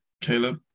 Caleb